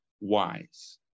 wise